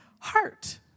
heart